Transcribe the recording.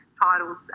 Titles